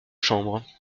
chambre